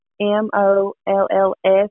M-O-L-L-S